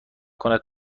کند